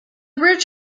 bridge